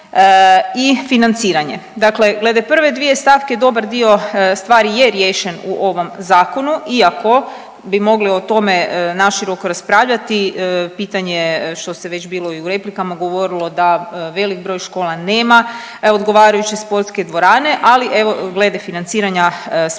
i financiranje. Dakle, glede prve dvije stavke dobar dio stvari je riješen u ovom zakonu iako bi mogli o tome naširoko raspravljati, pitanje što se već bilo i u replikama govorilo da velik broj škola nema odgovarajuće sportske dvorane, ali evo glede financiranja sporta